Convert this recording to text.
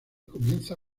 comienza